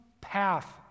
path